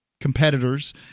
competitors